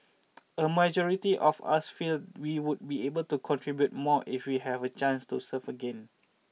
a majority of us feel we would be able to contribute more if we have a chance to serve again